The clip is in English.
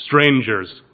strangers